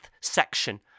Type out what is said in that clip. section